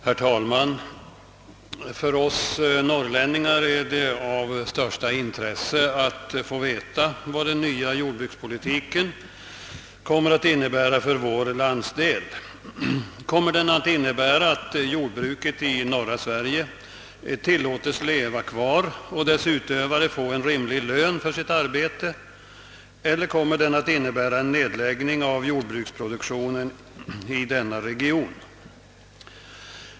Herr talman! För oss norrlänningar är det av allra största intresse att få veta vad den nya jordbrukspolitiken kommer att innebära för vår landsdel. Kommer den att innebära att jordbruket i norra Sverige tillåtes leva kvar och dess utövare få en rimlig lön för sitt arbete, eller kommer den att innebära en nedläggning av jordbruksproduktionen i denna region?